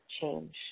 change